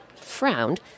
frowned